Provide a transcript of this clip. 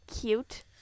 cute